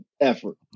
effort